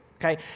okay